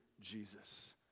Jesus